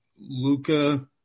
Luca